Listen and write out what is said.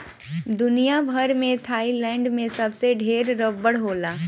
दुनिया भर में थाईलैंड में सबसे ढेर रबड़ होला